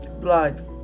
Blood